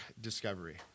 discovery